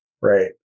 right